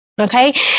okay